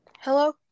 Hello